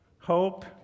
Hope